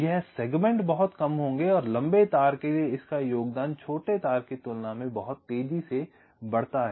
ये सेगमेंट बहुत कम होंगे और लंबे तार के लिए इसका योगदान छोटे तार की तुलना में बहुत तेजी से बढ़ता है